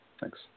Thanks